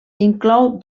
inclou